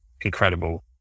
incredible